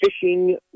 fishing